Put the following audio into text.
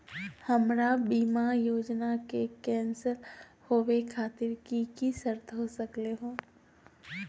हमर बीमा योजना के कैन्सल होवे खातिर कि कि शर्त हो सकली हो?